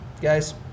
guys